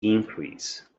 increase